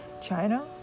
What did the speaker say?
china